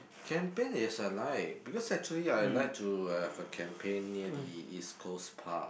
camping is a like because actually I like to have a campaign near the East Coast Park